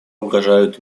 угрожают